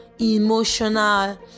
emotional